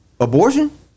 abortion